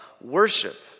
worship